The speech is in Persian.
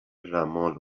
رمال